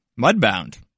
Mudbound